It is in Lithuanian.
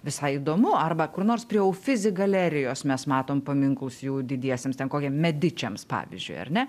visai įdomu arba kur nors prie ufizi galerijos mes matom paminklus jų didiesiems ten kokią medičiams pavyzdžiui ar ne